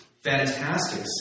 fantastic